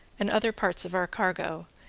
and other parts of our cargo,